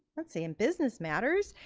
let's see, in business matters,